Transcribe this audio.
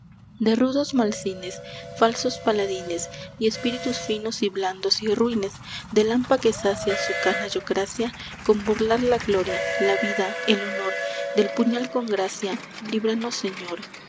de rudos malsines falsos paladines y espíritus finos y blandos y ruines del hampa que sacia su canallocracia con burlar la gloria la vida el honor del puñal con gracia líbranos señor